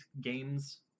games